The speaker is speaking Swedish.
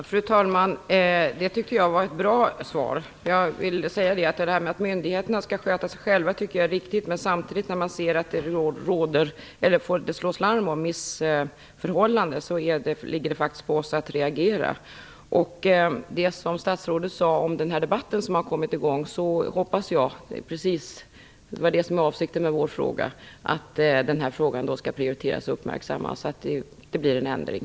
Fru talman! Det tycker jag var ett bra svar. Det är riktigt att myndigheterna skall sköta sig själva. Men när det samtidigt slås larm om missförhållanden ligger det på oss att reagera. Statsrådet sade att en debatt nu kommit i gång. Det var precis vad som var avsikten med frågan. Den här frågan skall prioriteras och uppmärksammas så att det blir en ändring.